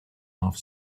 off